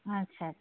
ᱟᱪᱪᱷᱟ ᱟᱪᱪᱷᱟ